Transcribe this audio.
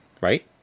right